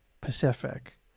Pacific